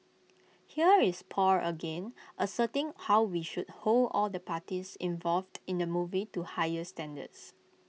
here is Paul again asserting how we should hold all the parties involved in the movie to higher standards